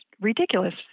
ridiculous